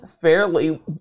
fairly